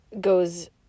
goes